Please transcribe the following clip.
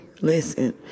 Listen